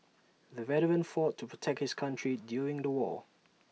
the veteran fought to protect his country during the war